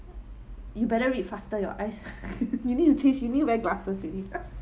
you better read faster your eyes you need to change you need to wear glasses already